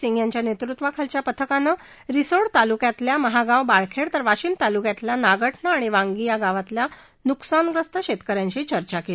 सिंग यांच्या नेतृत्वाखालच्या पथकानं रिसोड तालुक्यातल्या महागाव बाळखेड तर वाशिम तालुक्यातल्या नागठाणा आणि वांगी या गावातल्या नुकसानग्रस्त शेतकऱ्यांशी चर्चा केली